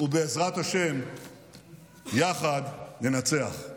ובעזרת השם יחד ננצח.